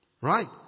right